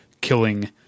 killing